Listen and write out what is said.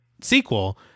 sequel